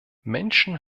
menschen